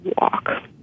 walk